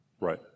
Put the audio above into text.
Right